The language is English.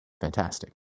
fantastic